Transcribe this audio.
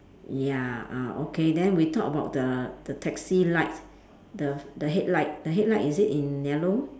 ya ah okay then we talk about the the taxi light the the headlight the headlight is it in yellow